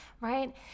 right